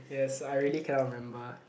yes I really cannot remember